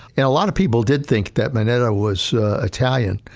and a lot of people did think that mineta was italian.